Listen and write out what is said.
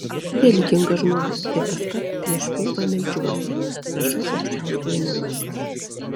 esu religingas žmogus ir kaskart prieš kovą meldžiuosi prašau aukščiausiojo malonės